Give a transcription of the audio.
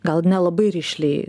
gal nelabai rišliai